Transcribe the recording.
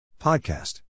Podcast